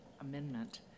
amendment